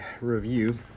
review